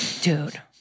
Dude